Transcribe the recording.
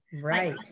Right